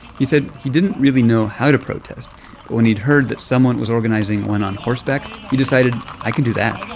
he said he didn't really know how to protest, but when he'd heard that someone was organizing one on horseback, he decided, i can do that.